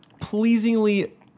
pleasingly